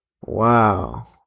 Wow